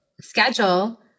schedule